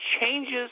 changes